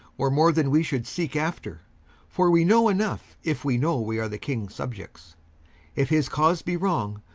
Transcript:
or more then wee should seeke after for wee know enough, if wee know wee are the kings subiects if his cause be wrong,